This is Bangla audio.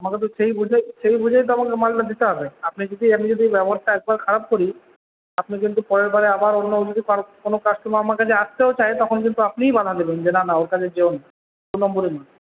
আমাকে তো সেই বুঝেই সেই বুঝেই তো আমাকে মালটা দিতে হবে আপনি যদি আমি যদি ব্যবহারটা একবার খারাপ করি আপনি কিন্তু পরের বারে আবার অন্য যদি আর কোনো কাস্টমার আমার কাছে আসতেও চায় তখন কিন্তু আপনিই বাধা দেবেন না না ওর কাছে যেও না দু নম্বরি মাল